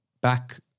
back